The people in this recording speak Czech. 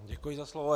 Děkuji za slovo.